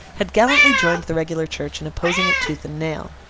had gallantly joined the regular church in opposing it tooth and nail.